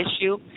issue